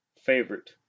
favorite